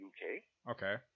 Okay